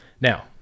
Now